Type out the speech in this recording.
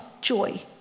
joy